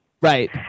Right